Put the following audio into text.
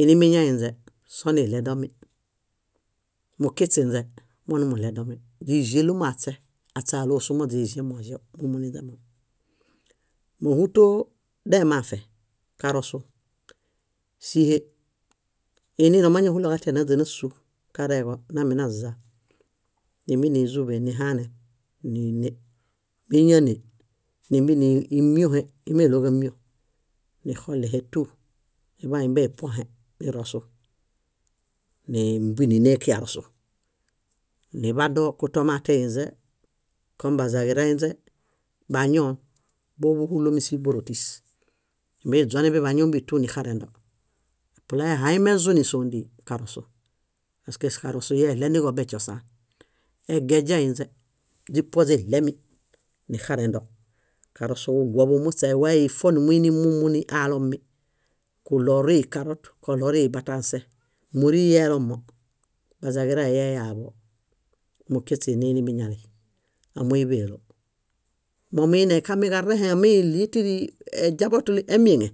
ilimiñainźe, soniɭedomi; mukiśinźe monimuɭedomi. Źíĵelumo aśe, aśe alusumo źiĵemoĵew, muninźemom. Móhuto demafe, karosu, síhe. Iinino máñahulo katia naźa násu kareġo, námbie nazza, nímbie nízuḃen nihanen níne. Míñane, nímbie nímiohe, íi meɭo ġámio, néxolehe tú aḃaan nímbie ipuõhe, nirosu nímbie níne kairosu. Niḃado kutomateinźe, kom bazaġirainźe, bañoon bábuhulomi síborotis, nímbie niźuonen biḃañon bíḃi tú nixarendo. Epla ehaimezuni síondii, karosu paske karosu eɭeniġo beśosaan. Egaźainźe, źipuo źiɭemi nixarendo. Karosu kuguoḃu muśe wayifo nimuini mumuni alomi. Kuɭorui ikarot, kuɭorui ibatãse. Móri elomo, bazaġirai eyaḃo, mukiśi nilimiñali, ámoiḃelo. Momuine kamiġarẽhe omilie tíri eźabotuli emieŋe